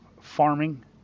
farming